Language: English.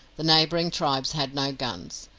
the neighbouring tribes had no guns.